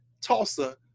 Tulsa